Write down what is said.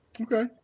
Okay